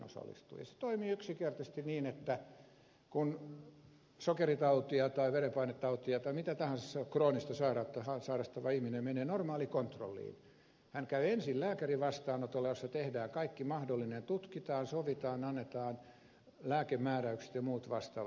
se toimii yksinkertaisesti niin että kun sokeritautia tai verenpainetautia tai mitä tahansa kroonista sairautta sairastava ihminen menee normaalikontrolliin hän käy ensin lääkärin vastaanotolla jossa tehdään kaikki mahdollinen tutkitaan sovitaan annetaan lääkemääräykset ja muut vastaavat